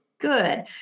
Good